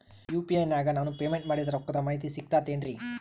UPI ನಾಗ ನಾನು payment ಮಾಡಿದ ರೊಕ್ಕದ ಮಾಹಿತಿ ಸಿಕ್ತಾತೇನ್ರೀ?